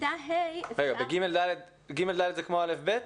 בכיתה ה' --- רגע, ג' ד' זה כמו א' ב'?